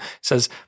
says